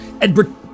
Edward